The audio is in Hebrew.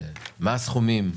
מה הסכומים?